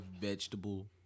vegetable